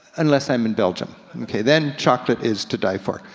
unless i'm in belgium. okay, then chocolate is to die for.